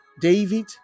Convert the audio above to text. David